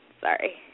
Sorry